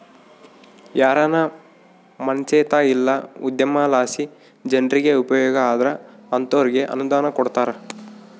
ಯಾರಾನ ಮನ್ಸೇತ ಇಲ್ಲ ಉದ್ಯಮಲಾಸಿ ಜನ್ರಿಗೆ ಉಪಯೋಗ ಆದ್ರ ಅಂತೋರ್ಗೆ ಅನುದಾನ ಕೊಡ್ತಾರ